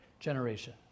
Generation